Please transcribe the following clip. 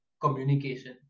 communication